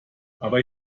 aber